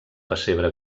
pessebre